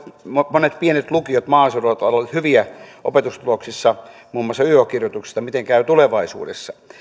monet pienet lukiot maaseudulla ovat olleet hyviä opetustuloksissa muun muassa yo kirjoituksissa miten käy tulevaisuudessa